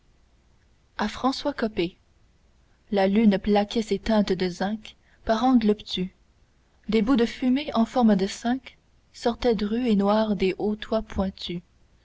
la lune plaquait ses teintes de zinc par angles obtus des bouts de fumée en forme de cinq sortaient drus et noirs des hauts toits pointus